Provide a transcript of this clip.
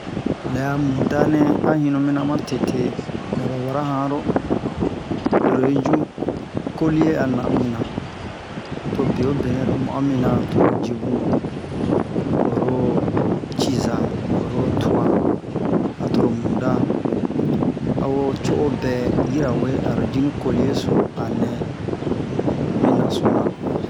lɛ a muda nɛ a hinnu mina matete mɛ ɓa wura anro lo lo yi ju koliye a na mina to bewobe nɛ lo ma'o mina to lo ji bun oro ciza oro tuwa a toro muda a wo co'o bɛ yirawe aro ji ni koliye so a nɛ mi naso nan